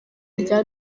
rya